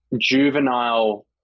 juvenile